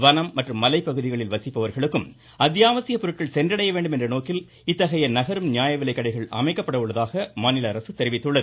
வனம் மற்றும் மலைப்பகுதிகளில் வசிப்பவர்களுக்கும் அத்தியாவசியப் பொருட்கள் சென்றடையவேண்டும் என்ற நோக்கில் இத்தகைய நகரும் நியாய விலைக்கடைகள் அமைக்கப்பட உள்ளதாக அரசு தெரிவித்துள்ளது